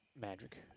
Magic